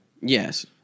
Yes